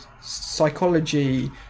psychology